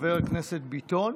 חבר הכנסת ביטון.